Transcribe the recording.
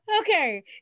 Okay